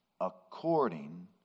according